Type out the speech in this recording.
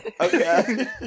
Okay